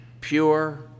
pure